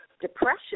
depression